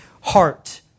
heart